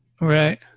right